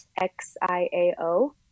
x-i-a-o